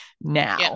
now